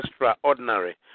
extraordinary